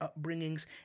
upbringings